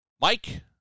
Mike